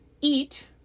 eat